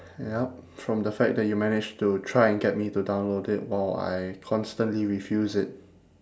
yup from the fact then you managed to try and get me to download it while I constantly refuse it